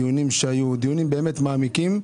הדיונים המעמיקים שנערכו.